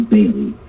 Bailey